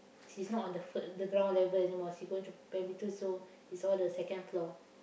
she's not on the first ground level anymore she going to primary two so it's all the second floor